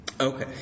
Okay